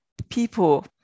People